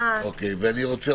ולכן זה ייכנס בתור צורך חיוני.